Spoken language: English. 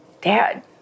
Dad